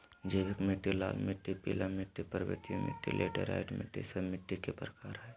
जैविक मिट्टी, लाल मिट्टी, पीला मिट्टी, पर्वतीय मिट्टी, लैटेराइट मिट्टी, सब मिट्टी के प्रकार हइ